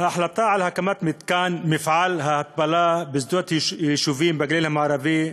ההחלטה על הקמת מתקן ההתפלה בשדות יישובים בגליל המערבי,